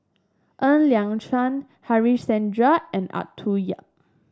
Ng Liang Chiang Harichandra and Arthur Yap